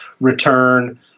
return